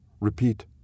repeat